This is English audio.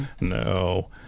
no